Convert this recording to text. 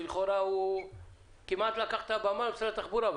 שלכאורה הוא כמעט לקח את הבמה למשרד התחבורה,